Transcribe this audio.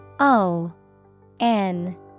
O-N